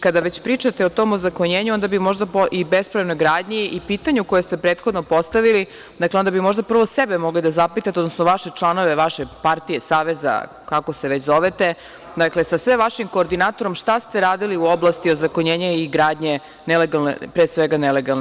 Kada već pričate o tom ozakonjenju i bespravnoj gradnji i pitanje koje ste prethodno postavili, onda bi možda prvo sebe mogli da zapitate, odnosno vaše članove partije, saveza, kako se već zovete, sa sve vašim koordinatorom, šta ste radili u oblasti ozakonjenja i gradnje, pre svega nelegalne?